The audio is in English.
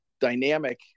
dynamic